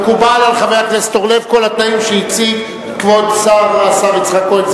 מקובלים על חבר הכנסת אורלב כל התנאים שהציג כבוד השר יצחק כהן,